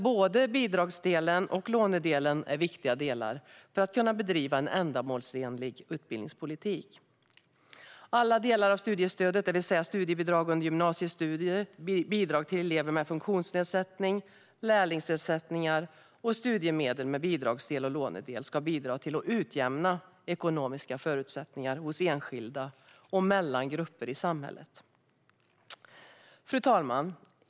Både bidragsdelen och lånedelen i studiestödet är viktiga delar för att vi ska kunna bedriva en ändamålsenlig utbildningspolitik. Alla delar av studiestödet, det vill säga studiebidrag under gymnasiestudier, bidrag till elever med funktionsnedsättning, lärlingsersättningar och studiemedel med bidragsdel och lånedel, ska bidra till att utjämna ekonomiska förutsättningar hos enskilda och mellan grupper i samhället. Fru talman!